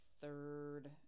third